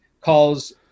calls